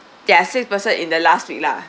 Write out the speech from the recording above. ya six person in the last week lah